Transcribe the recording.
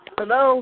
Hello